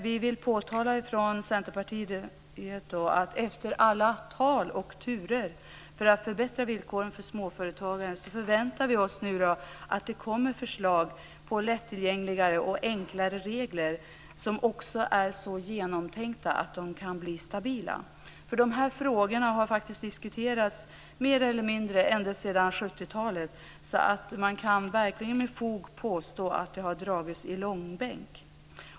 Vi i Centerpartiet vill påpeka att vi, efter alla tal och turer för att förbättra villkoren för småföretagare, förväntar oss förslag om lättillgängligare och enklare regler som är så genomtänkta att de kan bli stabila. De här frågorna har faktiskt diskuterats mer eller mindre ända sedan 1970-talet, så man kan verkligen med fog påstå att de har dragits i långbänk.